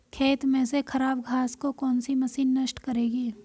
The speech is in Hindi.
खेत में से खराब घास को कौन सी मशीन नष्ट करेगी?